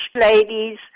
ladies